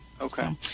Okay